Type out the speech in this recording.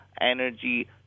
energy